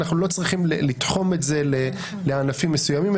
אנחנו לא צריכים לתחום את זה לענפים מסוימים,